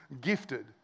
gifted